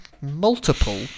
multiple